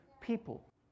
people